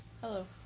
Hello